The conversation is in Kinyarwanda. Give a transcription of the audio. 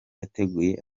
yateguye